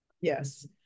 Yes